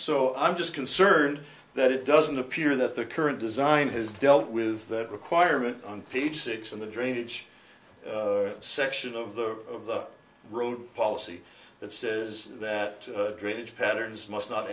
so i'm just concerned that it doesn't appear that the current design has dealt with that requirement on page six in the drainage section of the road policy that says that drainage patterns must not